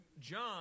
John